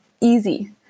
Easy